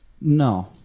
No